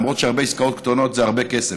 למרות שהרבה עסקאות קטנות זה הרבה כסף,